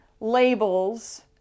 labels